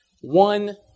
One